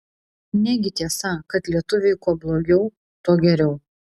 negi tiesa kad lietuviui kuo blogiau tuo geriau